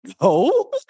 no